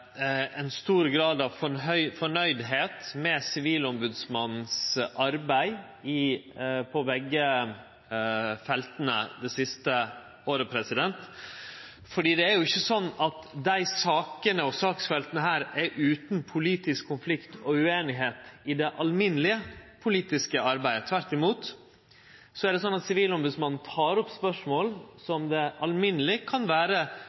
ein i stor grad er fornøgd med arbeidet til Sivilombodsmannen på begge felta det siste året, for desse sakene og saksfelta er ikkje utan politisk konflikt og ueinigheit i det alminnelege politiske arbeidet – tvert imot. Sivilombudsmannen tek opp spørsmål som det alminneleg kan vere